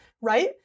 right